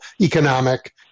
economic